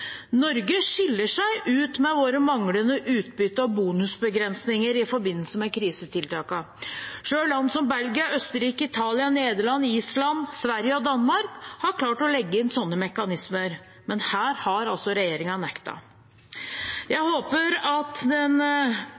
Norge skiller seg ut med sine manglende utbytte- og bonusbegrensninger i forbindelse med krisetiltakene. Selv land som Belgia, Østerrike, Italia, Nederland, Island, Sverige og Danmark har klart å legge inn sånne mekanismer, men her har altså regjeringen nektet. Jeg håper at den